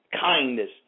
kindness